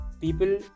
People